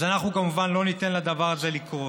אז אנחנו כמובן לא ניתן לדבר הזה לקרות.